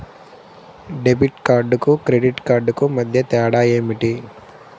Debit కార్డుకు credit కార్డుకు మధ్య తేడా ఏమిటీ?